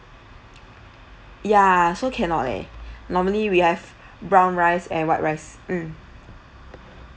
ya so cannot leh normally we have brown rice and white rice mm